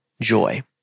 joy